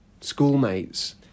schoolmates